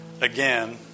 again